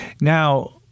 now